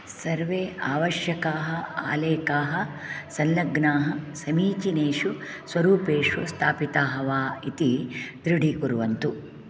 सर्वे आवश्यकाः आलेखाः संलग्नाः समीचीनेषु स्वरूपेषु स्थापिताः वा इति दृढीकुर्वन्तु